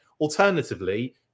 Alternatively